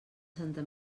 santa